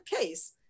case